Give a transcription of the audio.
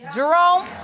Jerome